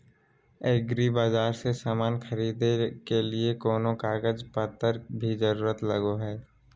एग्रीबाजार से समान खरीदे के लिए कोनो कागज पतर के भी जरूरत लगो है?